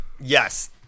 Yes